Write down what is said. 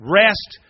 rest